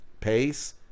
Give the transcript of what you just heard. pace